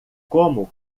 como